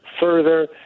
Further